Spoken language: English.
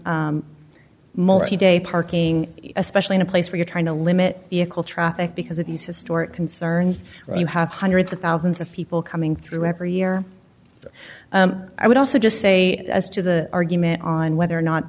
multi day parking especially in a place where you're trying to limit the traffic because of these historic concerns you have hundreds of thousands of people coming through every year i would also just say as to the argument on whether or not